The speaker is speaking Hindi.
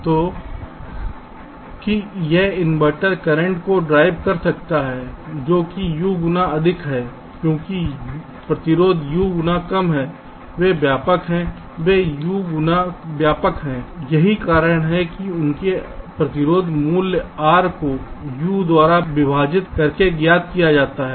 तो कि यह इन्वर्टर करंट को ड्राइव कर सकता है जो कि U गुना अधिक है क्योंकि प्रतिरोध U गुना कम हैं वे व्यापक हैं वे यू गुना व्यापक हैं यही कारण है कि उनके प्रतिरोध मूल्य R को U द्वारा विभाजित करके ज्ञात किया जाता है